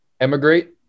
Emigrate